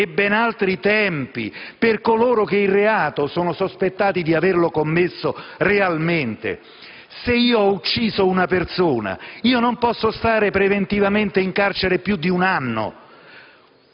termini e tempi per coloro che un reato sono sospettati di averlo commesso realmente. Se io ho ucciso una persona non posso stare preventivamente in carcere più di un anno: